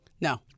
No